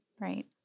Right